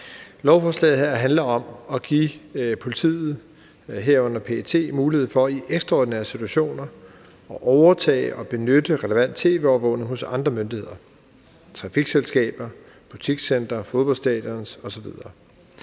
Lovforslaget her handler om at give politiet, herunder PET, mulighed for i ekstraordinære situationer at overtage og benytte relevant tv-overvågning hos andre myndigheder – det drejer sig om trafikselskaber, butikscentre, fodboldstadioner osv.